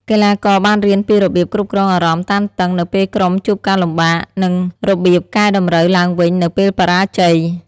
កីឡាករបានរៀនពីរបៀបគ្រប់គ្រងអារម្មណ៍តានតឹងនៅពេលក្រុមជួបការលំបាក និងរបៀបកែតម្រូវឡើងវិញនៅពេលបរាជ័យ។